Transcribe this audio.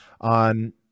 on